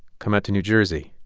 come out to new jersey,